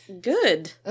good